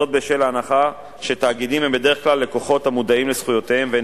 בשל ההנחה שתאגידים הם בדרך כלל לקוחות המודעים לזכויותיהם ואין